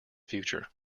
future